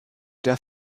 der